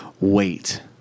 Wait